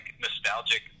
nostalgic